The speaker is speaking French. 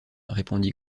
répondit